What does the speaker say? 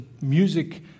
music